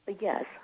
Yes